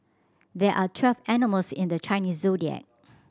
there are twelve animals in the Chinese Zodiac